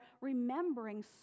remembering